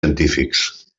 científics